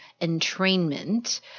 entrainment